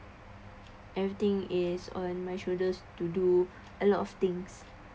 everything is on my shoulders to do a lot of things